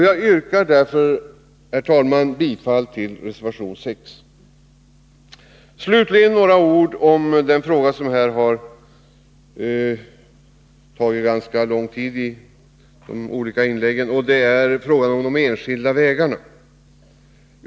Jag yrkar därför, herr talman, bifall till reservation 6. Slutligen några ord om den fråga som har upptagit en stor del av inläggen hittills, nämligen frågan om anslaget till de enskilda vägarna.